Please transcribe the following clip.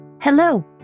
Hello